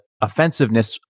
offensiveness